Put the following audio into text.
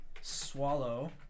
Swallow